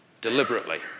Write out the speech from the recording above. deliberately